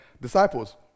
disciples